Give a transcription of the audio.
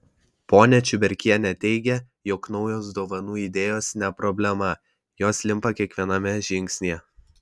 ponia čiuberkienė teigia jog naujos dovanų idėjos ne problema jos limpa kiekviename žingsnyje